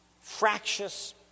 fractious